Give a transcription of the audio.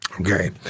Okay